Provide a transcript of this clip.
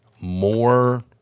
more